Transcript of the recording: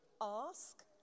Ask